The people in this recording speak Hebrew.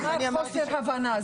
הוא אמר חוסר הבנה.